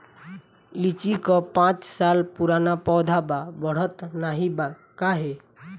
लीची क पांच साल पुराना पौधा बा बढ़त नाहीं बा काहे?